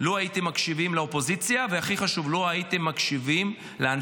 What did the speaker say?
לו הייתם מקשיבים לאופוזיציה,